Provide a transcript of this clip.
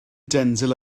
denzil